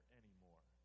anymore